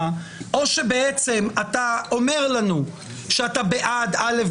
או שבעצם אתה אומר לנו שאתה בעד א',